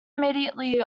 immediately